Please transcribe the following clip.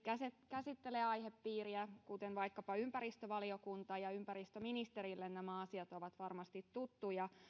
käsittelee aihepiiriä kuten vaikkapa ympäristövaliokunta ja ympäristöministerille nämä asiat ovat varmasti tuttuja